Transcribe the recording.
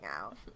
out